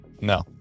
no